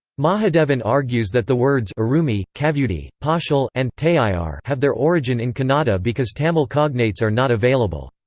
mahadevan argues that the words erumi, kavudi, poshil and tayiyar have their origin in kannada because tamil cognates are not available.